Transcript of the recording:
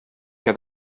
que